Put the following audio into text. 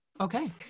Okay